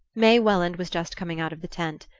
may welland was just coming out of the tent.